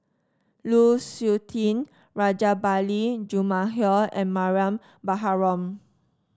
Lu Suitin Rajabali Jumabhoy and Mariam Baharom